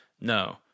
No